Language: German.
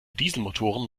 dieselmotoren